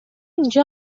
اینجا